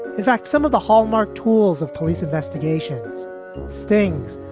in fact, some of the hallmark tools of police investigations stings,